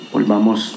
Volvamos